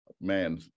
man